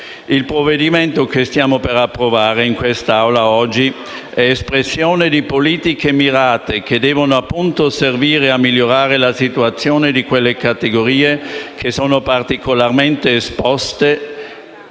Il provvedimento che stiamo per approvare in Aula oggi è espressione di politiche mirate che devono appunto servire a migliorare la situazione delle categorie che sono particolarmente e